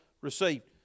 received